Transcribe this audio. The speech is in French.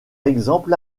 exemple